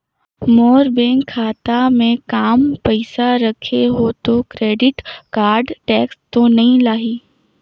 मोर bank खाता मे काम पइसा रखे हो तो क्रेडिट कारड टेक्स तो नइ लाही???